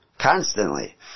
constantly